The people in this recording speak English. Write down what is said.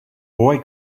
boy